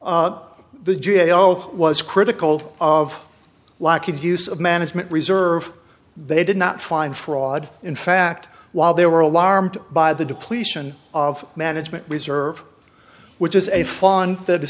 while the g a o was critical of lack of use of management reserve they did not find fraud in fact while they were alarmed by the depletion of management reserve which is a fund that i